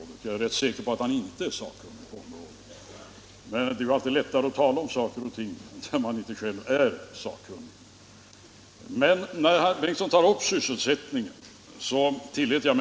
Jag är tvärtom rätt säker på att han inte är sakkunnig, men det är ju alltid lättare att tala om saker och ting när man inte själv är sakkunnig. Herr Bengtson tog också upp frågan om sysselsättningen.